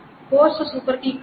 course super కీ కాదు